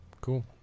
Cool